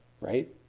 right